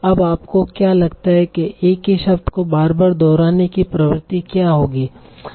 अब आपको क्या लगता है कि एक ही शब्द को बार बार दोहराने की प्रवृत्ति क्या होगी